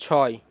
ছয়